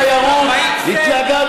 תעשיית